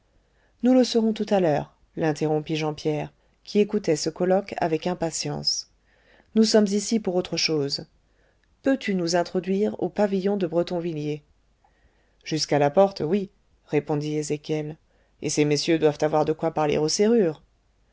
nous le saurons tout à l'heure l'interrompit jean pierre qui écoutait ce colloque avec impatience nous sommes ici pour autre chose peux-tu nous introduire au pavillon de bretonvilliers jusqu'à la porte oui répondit ézéchiel et ces messieurs doivent avoir de quoi parler aux serrures